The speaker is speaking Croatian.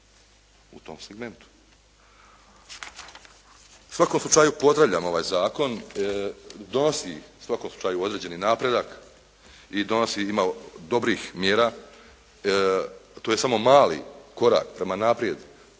u tom segmentu.